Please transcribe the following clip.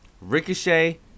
ricochet